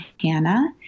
Hanna